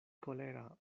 kolera